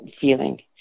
feeling